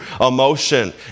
emotion